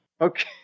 Okay